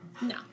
No